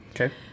Okay